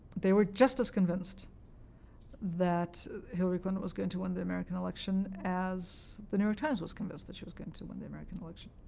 they were just as convinced that hillary clinton was going to win the american election as the new york times was convinced that she was going to win the american election.